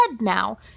now